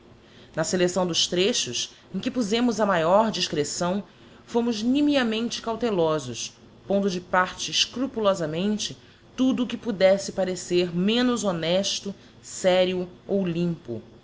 na selecção dos trechos em que puzemos a maior discreção fomos nimiamente cautelosos pondo de parte escrupulosamente tudo que pudesse parecer menos honesto serio ou limpo